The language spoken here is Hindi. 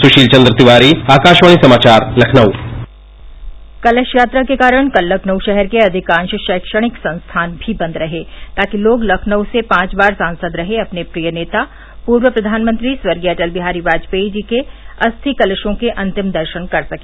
सुशील चंद्र तिवारी कलश यात्रा के कारण कल लखनऊ रहर के अधिकांश शैक्षणिक संस्थान बंद रहे ताकि लोग लखनऊ से पांच बार सांसद रहे अपने प्रिय नेता पूर्व प्रधानमंत्री स्वर्गीय अटल बिहारी वाजपेई जी के अस्थि कलशों के अन्तिम दर्शन कर सके